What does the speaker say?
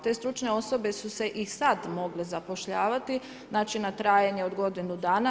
Te stručne osove su se i sad mogle zapošljavati, znači na trajanje od godinu dana.